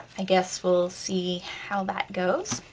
i guess we'll see how that goes.